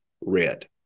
red